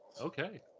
Okay